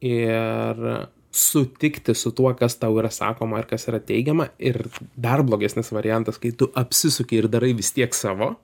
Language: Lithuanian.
ir sutikti su tuo kas tau yra sakoma ir kas yra teigiama ir dar blogesnis variantas kai tu apsisuki ir darai vis tiek savo